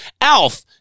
Alf